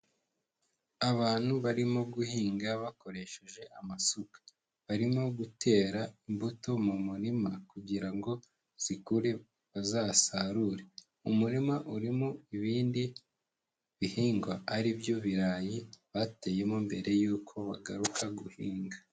Abantu barimo guhinga bakoresheje amasuka. Barimo gutera imbuto mu murima kugira ngo zikure bazasarure. Umurima urimo ibindi bihingwa, ari byo birayi bateyemo mbere yuko bagaruka guhinga.